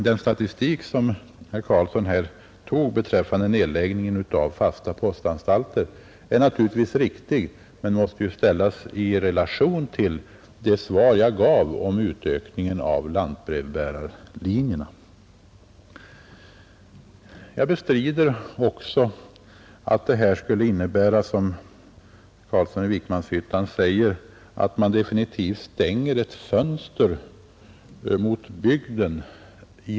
Den statistik som herr Carlsson här redovisade beträffande nedläggningen av fasta postanstalter är riktig, men den måste ses i relation till det jag sagt om utökningen av lantbrevbärarlinjerna. Indragningen av en poststation betyder inte, herr Carlsson, att man definitivt stänger ett fönster mot bygden.